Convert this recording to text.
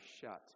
shut